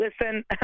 listen